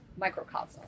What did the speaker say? microcosm